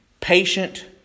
Patient